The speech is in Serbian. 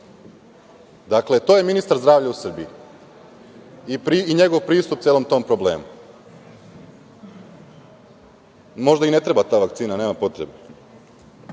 Dakle, to je ministar zdravlja u Srbiji i njegov pristup celom tom problemu. Možda i ne treba ta vakcina, nema potrebe. Druga